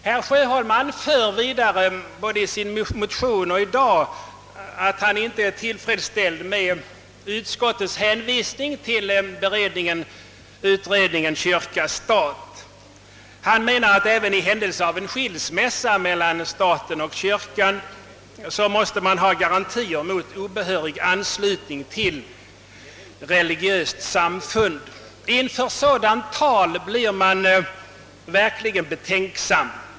Herr Sjöholm anför vidare, både i sin motion och i sitt anförande i dag, att han inte är tillfredsställd med utskottets hänvisning till: utredningen kyrka—Sstat. Han anser att även i händelse av en skilsmässa mellan staten och kyrkan måste det finnas garantier mot obehörig anslutning till religiöst samfund. Inför sådant tal blir man verkligen betänksam.